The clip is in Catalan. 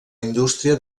indústria